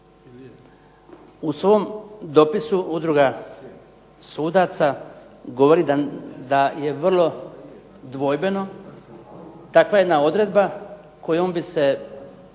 U svom dopisu udruga sudaca govori da je vrlo dvojbeno takva jedna odredba kojom bi se